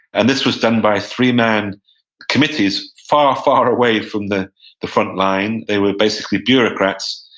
and this was done by three-man committees far, far away from the the front line. they were basically bureaucrats,